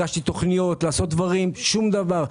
הגשתי תוכניות לעשות דברים שום דבר.